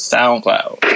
SoundCloud